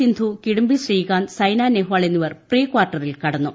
സിന്ധു കിടംബി ശ്രീകാന്ത് സൈന നെഹ്വാൾ എന്നിവർ പ്രീ കാർട്ടറിൽ കടന്നു